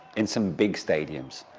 in some big stadiums,